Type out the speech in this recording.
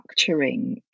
structuring